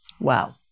Wow